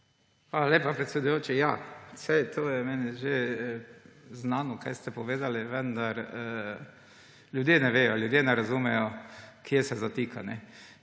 Hvala lepa, predsedujoči. Ja, saj to je meni že znano, kar ste povedali, vendar ljudje ne vedo, ljudje ne razumejo, kje se zatika.